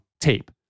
tape